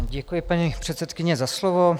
Děkuji, paní předsedkyně, za slovo.